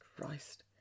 Christ